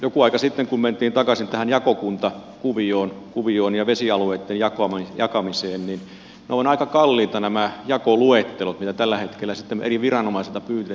joku aika sitten mentiin takaisin tähän jakokuntakuvioon ja vesialueitten jakamiseen ja ne ovat aika kalliita nämä jakoluettelot mitä tällä hetkellä sitten eri viranomaisilta pyydetään